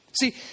See